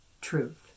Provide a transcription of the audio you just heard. truth